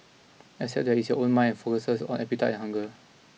except that it's your own mind and focuses on appetite and hunger